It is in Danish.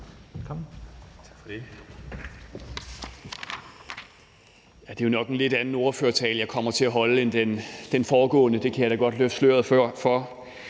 om.